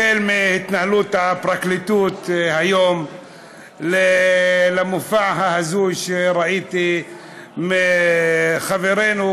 מהתנהלות הפרקליטות היום למופע ההזוי שראיתי מחברינו,